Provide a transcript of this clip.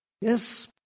Yes